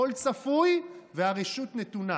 הכול צפוי והרשות נתונה,